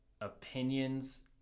opinions